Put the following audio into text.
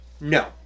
no